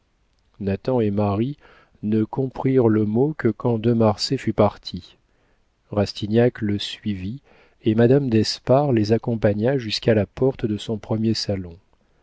nathan et marie ne comprirent le mot que quand de marsay fut parti rastignac le suivit et madame d'espard les accompagna jusqu'à la porte de son premier salon